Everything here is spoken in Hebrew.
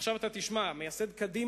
עכשיו אתה תשמע: מייסד קדימה,